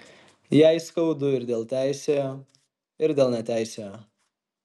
jai skaudu ir dėl teisiojo ir dėl neteisiojo